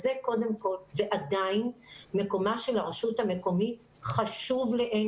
עדיין מקומה של הרשות המקומית חשוב לאין